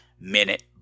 minute